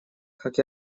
как